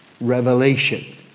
revelation